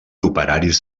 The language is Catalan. operaris